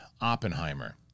Oppenheimer